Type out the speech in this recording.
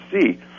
see